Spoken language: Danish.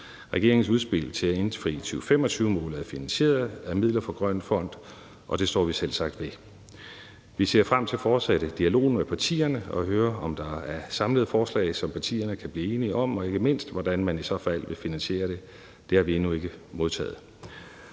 Regeringens udspil til at indfri 2025-målet er finansieret af midler fra Grøn Fond, og det står vi selvsagt ved. Vi ser frem til fortsat dialog med partilederne og vil høre, om der er samlede forslag, som partierne kan blive enige om, og ikke mindst, hvordan man i så fald vil finansiere det. Det har vi endnu ikke modtaget.